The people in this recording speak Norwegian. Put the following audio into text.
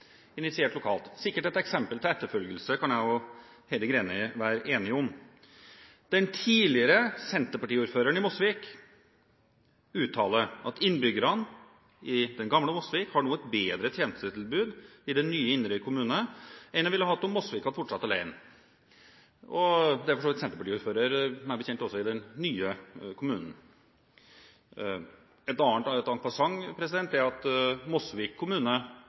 initiert lokalt, og sikkert et eksempel til etterfølgelse, kan jeg og Heidi Greni være enige om. Den tidligere senterpartiordføreren i Mosvik uttalte at innbyggerne i gamle Mosvik nå har et bedre tjenestetilbud i nye Inderøy kommune enn de ville hatt om Mosvik hadde fortsatt alene. Det er en senterpartiordfører, meg bekjent, også i den nye kommunen. Jeg kan nevne en passant at Mosvik kommune